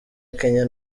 kenya